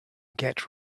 get